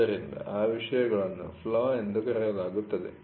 ಆದ್ದರಿಂದ ಆ ವಿಷಯಗಳನ್ನು ಫ್ಲಾ ಎಂದು ಕರೆಯಲಾಗುತ್ತದೆ